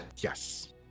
Yes